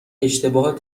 اشتباه